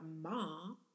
mom